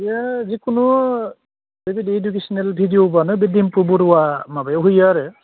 बियो जिखुनु बेबायदि इडुकेसनेल भिडिअब्लानो बे डिम्पु बरुवा माबायाव होयो आरो